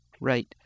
Right